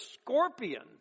scorpion